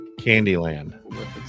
Candyland